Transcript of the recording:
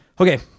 Okay